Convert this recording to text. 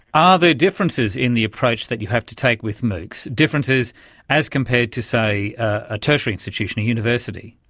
are there differences in the approach that you have to take with moocs, differences as compared to, say, a tertiary institution, a university?